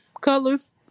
colors